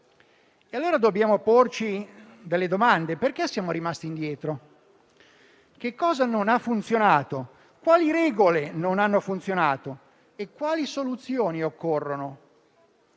allora porci delle domande: perché siamo rimasti indietro? Cosa non ha funzionato? Quali regole non hanno funzionato? Quali soluzioni occorrono?